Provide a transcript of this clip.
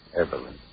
Evelyn